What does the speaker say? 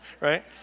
right